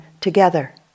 together